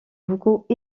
beaucoup